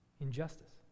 Injustice